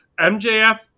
MJF